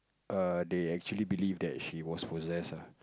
err they actually believe that she was possessed ah